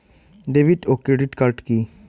David ও credit card কি?